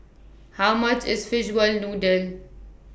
How much IS Fishball Noodle